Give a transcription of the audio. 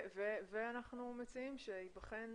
ואנחנו מציעים שייבחן